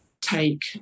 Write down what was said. take